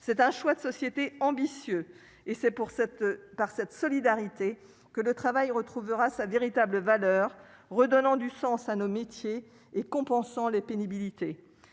d'un choix de société ambitieux ; c'est par davantage de solidarité que le travail retrouvera sa véritable valeur, redonnant du sens à nos métiers et compensant les pénibilités.